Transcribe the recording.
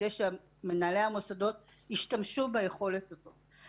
כדי שמנהלי המוסדות ישתמשו ביכולת הזו.